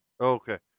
Okay